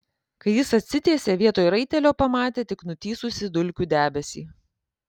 kai jis atsitiesė vietoj raitelio pamatė tik nutįsusį dulkių debesį